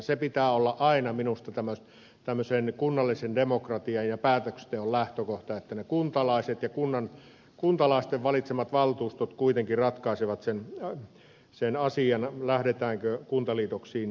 sen pitää olla aina minusta tämmöisen kunnallisen demokratian ja päätöksenteon lähtökohta että ne kuntalaiset ja kuntalaisten valitsemat valtuustot kuitenkin ratkaisevat sen asian lähdetäänkö kuntaliitoksiin vai ei